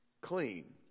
clean